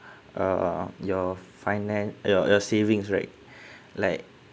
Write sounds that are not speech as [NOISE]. uh uh your finance your your savings right [BREATH] like